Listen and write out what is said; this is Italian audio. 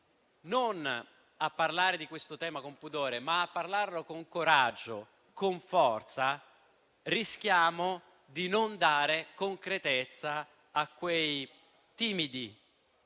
non a parlare di questo tema con pudore, ma a parlarne con coraggio e con forza, rischiamo di non dare concretezza a quei timidi